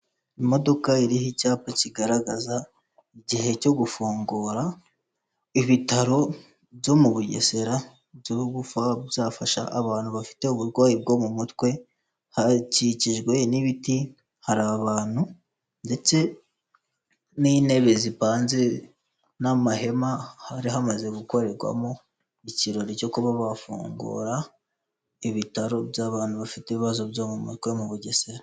Imodoka iriho icyapa kigaragaza igihe cyo gufungura ibitaro byo mu Bugesera, bizafasha abantu bafite uburwayi bwo mu mutwe, hakikijwe n'ibiti, hari abantu ndetse n'intebe zipanze n'amahema hari hamaze gukorerwamo ikirori cyo kuba bafungura ibitaro by'abantu bafite ibibazo byo mu mutwe mu Bugesera.